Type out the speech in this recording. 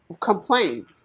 complain